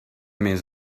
més